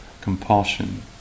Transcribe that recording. compulsion